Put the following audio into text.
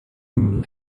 именно